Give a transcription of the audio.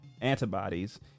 antibodies